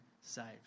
saved